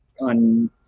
on